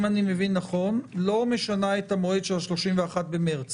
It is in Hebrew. אם אני מבין נכון, לא משנה את המועד של ה-31 במרץ.